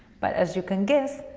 but as you can guess,